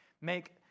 make